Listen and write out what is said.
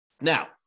Now